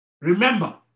Remember